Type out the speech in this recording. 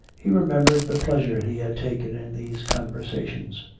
he remembered the pleasure he had taken in these conversations.